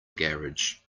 garage